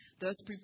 thus